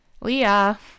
Leah